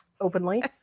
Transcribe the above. openly